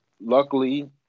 luckily